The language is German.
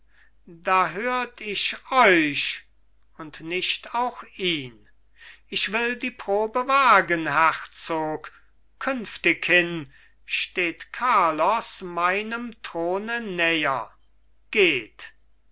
da hört ich euch und nicht auch ihn ich will die probe wagen herzog künftighin steht carlos meinem throne näher geht